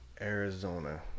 Arizona